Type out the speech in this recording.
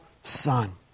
son